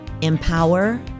empower